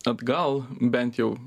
atgal bent jau